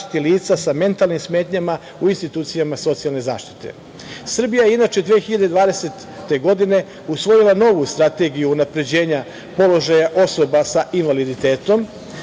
sa mentalnim smetnjama u institucijama socijalne zaštite. Srbija je inače 2020. godine usvojila novu strategiju unapređenja položaja osoba sa invaliditetom